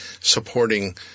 supporting